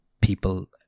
people